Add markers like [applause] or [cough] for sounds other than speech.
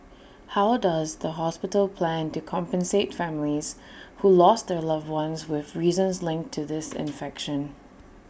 how does the hospital plan to compensate families who lost their loved ones with reasons linked to [noise] this infection